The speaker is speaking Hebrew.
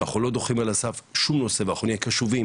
אנחנו לא דוחים על הסף שום נושא ואנחנו נהיה קשובים